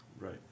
right